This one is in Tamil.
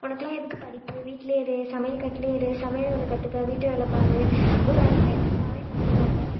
உனக்குலாம் எதுக்கு படிப்பு வீட்டுலேயே இரு சமையல் கட்டுலேயே இரு சமையல் வேலை கற்றுக்க வீட்டு வேலை பார் ஒரு அடிமைத்தனமாகவே நடத்தினாங்க